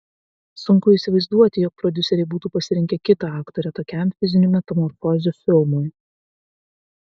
sunku įsivaizduoti jog prodiuseriai būtų pasirinkę kitą aktorę tokiam fizinių metamorfozių filmui